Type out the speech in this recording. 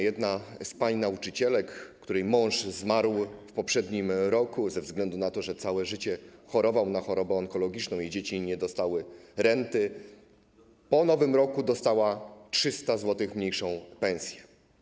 Jedna z pań nauczycielek, której mąż zmarł w poprzednim roku ze względu na to, że całe życie chorował na chorobę onkologiczną, a jej dzieci nie dostały renty, po nowym roku dostała o 300 zł mniejszą pensję.